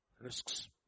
risks